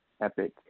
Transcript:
epic